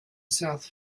south